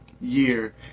year